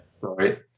Right